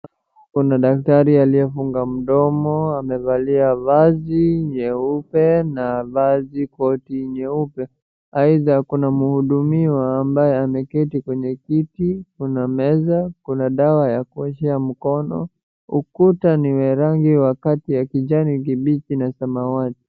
Kuna daktari aliyefunga mdomo. Amevalia vazi nyeupe na vazi koti nyeupe. Aidha kuna mhudumiwa ambaye ameketi kwenye kiti, kuna meza, kuna dawa ya kuoshea mkono. Ukuta ni wa rangi wa kati ya rangi kijani kibichi na samawati.